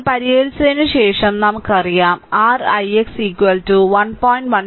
ഇത് പരിഹരിച്ചതിനുശേഷം നമുക്കറിയാം r ix 1